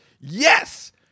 Yes